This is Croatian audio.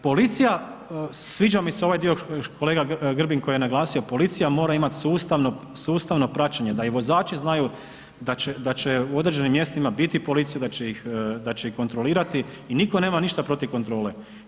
Policija, sviđa mi se ovaj dio kolega Grbin koji je naglasio policiji, a mora imati sustavno, sustavno praćenje, da i vozači znaju da će u određenim mjestima biti policije, a će ih kontrolirati i nitko nema ništa protiv kontrole.